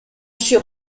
sur